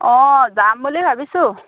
অঁ যাম বুলি ভাবিছোঁ